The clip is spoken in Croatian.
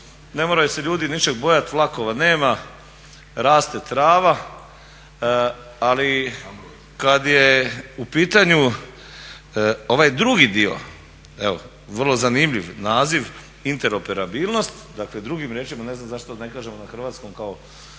Ne moraju se ljudi ničeg bojati, vlakova nema, raste trava. Ali kad je u pitanju ovaj drugi dio, evo vrlo zanimljiv naziv interoperabilnost, dakle drugim riječima, ne znam zašto ne kažemo na hrvatskom kao